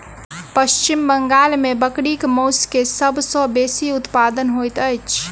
पश्चिम बंगाल में बकरीक मौस के सब सॅ बेसी उत्पादन होइत अछि